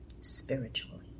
spiritually